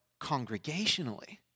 congregationally